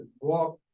walk